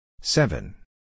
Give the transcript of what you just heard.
seven